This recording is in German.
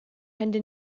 hände